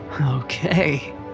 okay